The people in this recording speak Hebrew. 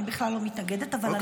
אני בכלל לא מתנגדת -- אוקי, מצוין.